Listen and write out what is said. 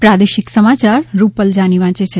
પ્રાદેશિક સમાચાર રૂપલ જાની વાંચે છે